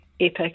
epic